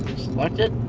select it.